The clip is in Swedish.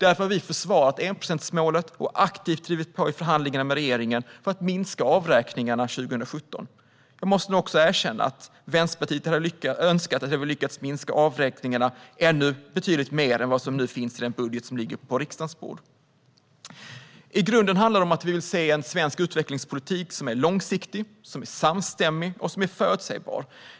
Därför har vi försvarat enprocentsmålet och aktivt drivit på i förhandlingarna med regeringen för att minska avräkningarna 2017. Jag måste nog också erkänna att Vänsterpartiet hade önskat att vi hade lyckats minska avräkningarna betydligt mer än vad som nu framgår av den budget som ligger på riksdagens bord. I grunden handlar det om att vi vill se en svensk utvecklingspolitik som är långsiktig, samstämmig och förutsägbar.